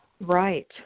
Right